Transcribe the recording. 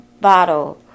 Bottle